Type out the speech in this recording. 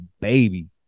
baby